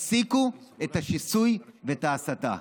תפסיקו את השיסוי ואת ההסתה.